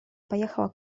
поехала